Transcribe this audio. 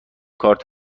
کارت